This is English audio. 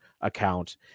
account